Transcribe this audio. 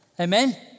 Amen